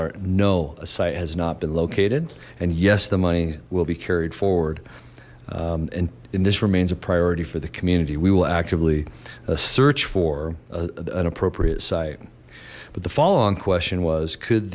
are no a site has not been located and yes the money will be carried forward and and this remains a priority for the community we will actively search for a appropriate site but the follow on question was could